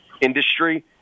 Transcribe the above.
industry